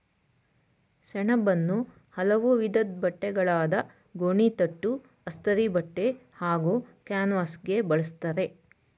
ಸೆಣಬನ್ನು ಹಲವು ವಿಧದ್ ಬಟ್ಟೆಗಳಾದ ಗೋಣಿತಟ್ಟು ಅಸ್ತರಿಬಟ್ಟೆ ಹಾಗೂ ಕ್ಯಾನ್ವಾಸ್ಗೆ ಬಳುಸ್ತರೆ